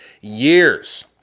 years